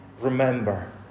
remember